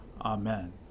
Amen